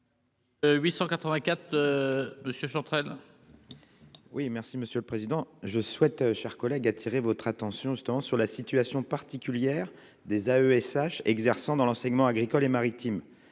884 de ce entraîne. Oui, merci Monsieur le Président, je souhaite, chers collègues, attirer votre attention, justement sur la situation particulière des AESH exerçant dans l'enseignement agricole et maritime